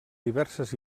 diverses